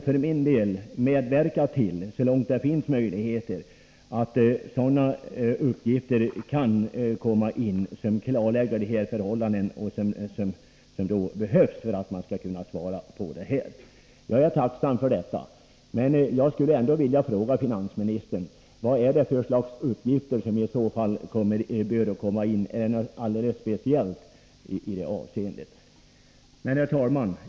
För egen del skall jag så långt möjligt medverka till att uppgifter som klarlägger dessa förhållanden framkommer. Jag är tacksam för de besked som getts, men jag vill ändå fråga finansministern vilket slag av uppgifter som alldeles speciellt behöver tas fram. Herr talman!